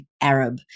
Arab